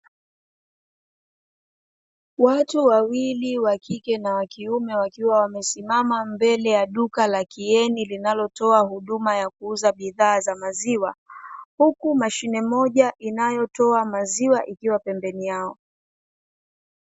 Watu wawili, wa kike na wa kiume, wakiwa wamesimama mbele ya duka la "Kieni" linalotoa huduma ya kuuza bidhaa za maziwa, huku mashine moja inayotoa maziwa ikiwa pembeni yao.